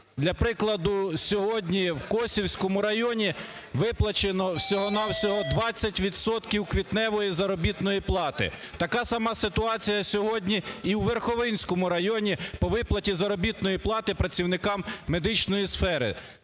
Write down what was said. Для прикладу, сьогодні в Косівському районі виплачено всього-на-всього 20 відсотків квітневої заробітної плати. Така сама ситуація сьогодні і у Верховинському району по виплаті заробітної плати працівникам медичної сфери.